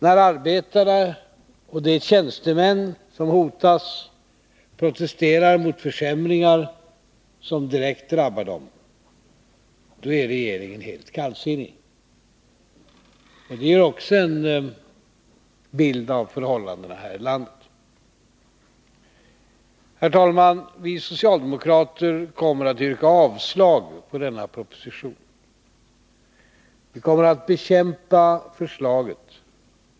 När arbetarna och de tjänstemän som hotas protesterar mot försämringar som direkt drabbar dem, då är regeringen helt kallsinnig, och det ger också en bild av förhållandena här i landet. Herr talman! Vi socialdemokrater kommer att yrka avslag på denna proposition. Vi kommer att bekämpa förslaget.